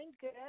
good